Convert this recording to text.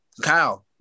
Kyle